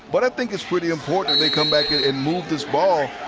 but i think it's pretty important they come back in and move this ball,